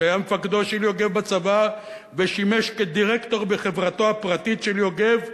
שהיה מפקדו של יוגב בצבא ושימש כדירקטור בחברתו הפרטית של יוגב,